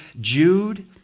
Jude